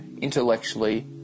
intellectually